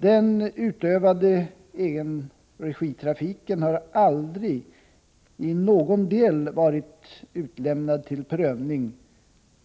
Den utövade egenregitrafiken har aldrig i någon del varit utlämnad till prövning